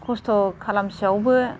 खस्थ' खालामसेयावबो